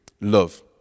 love